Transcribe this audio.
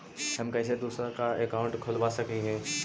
हम कैसे दूसरा का अकाउंट खोलबा सकी ही?